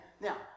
Now